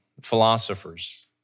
philosophers